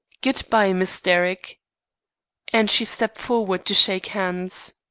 good-bye, miss derrick and she stepped forward to shake hands.